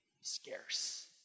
scarce